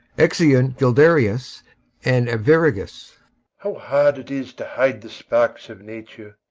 exeunt guiderius and arviragus how hard it is to hide the sparks of nature!